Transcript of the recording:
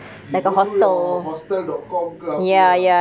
you go through your hostel dot com ke apa ah